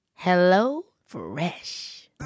HelloFresh